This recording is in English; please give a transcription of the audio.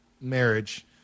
marriage